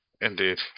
Indeed